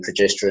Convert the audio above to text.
progesterone